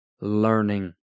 learning